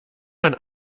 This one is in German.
man